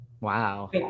Wow